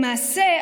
למעשה,